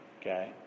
okay